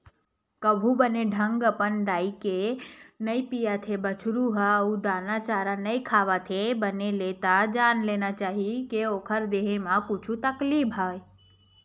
कभू बने ढंग अपन दाई के दूद नइ पियत हे बछरु ह अउ दाना चारा नइ खावत हे बने ले त जान लेना चाही के ओखर देहे म कुछु तकलीफ हे